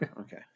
Okay